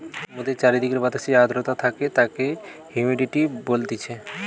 মোদের চারিদিকের বাতাসে যে আদ্রতা থাকে তাকে হুমিডিটি বলতিছে